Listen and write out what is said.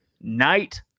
night